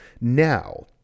Now